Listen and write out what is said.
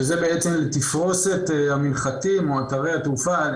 שזה בעצם תפרושת המנחתים או אתרי התעופה,